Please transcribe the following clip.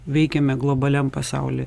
veikiame globaliam pasauly